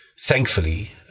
thankfully